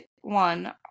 one